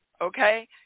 okay